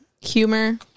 humor